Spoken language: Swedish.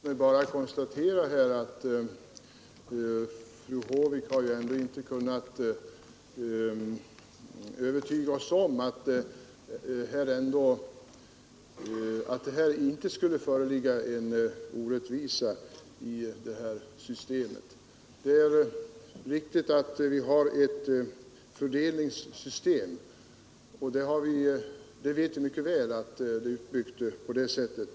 Herr talman! Låt mig bara konstatera att fru Håvik ändå inte kunnat övertyga oss om att det inte skulle föreligga en orättvisa i ATP-systemet. Det är riktigt att det är fråga om ett fördelningssystem, och vi vet mycket väl att det är uppbyggt på det sättet.